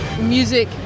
music